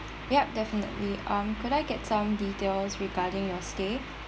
ya definitely um could I get some details regarding your stay